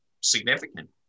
significant